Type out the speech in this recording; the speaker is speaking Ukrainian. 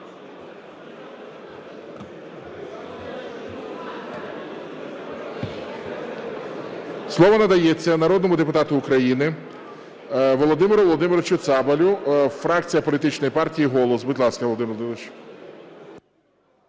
Слово надається народному депутату України Володимиру Володимировичу Цабалю, фракція політичної партії "Голос". Будь ласка, Володимир Володимирович.